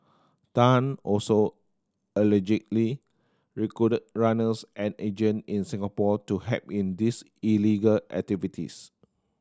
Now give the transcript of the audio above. Tan also allegedly recruited runners and agent in Singapore to help in these illegal activities